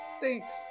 Thanks